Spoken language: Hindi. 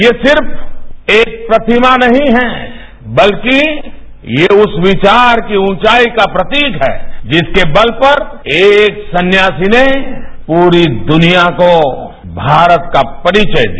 ये सिर्फ एक प्रतिमा नहीं है बल्कि ये उस विचार की ऊचाई का प्रतीक है जिसके बल पर एक सन्यासी ने पूरी दुनिया को भारत का परिवय दिया